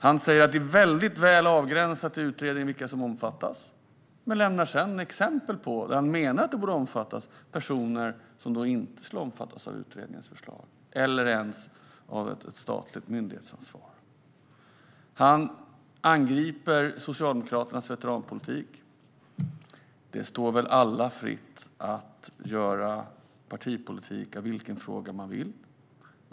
Han säger att det är väldigt väl avgränsat i utredningen vilka som omfattas men lämnar sedan exempel på att han menar att det borde omfattas personer som då inte skulle omfattas av utredningens förslag eller ens av ett statligt myndighetsansvar. Han angriper Socialdemokraternas veteranpolitik. Det står väl alla fritt att göra partipolitik av vilken fråga de vill.